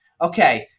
Okay